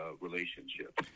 relationship